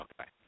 Okay